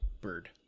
bird